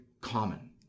common